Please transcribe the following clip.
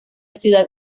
ciudad